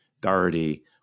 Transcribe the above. Doherty